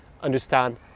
understand